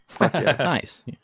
Nice